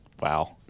wow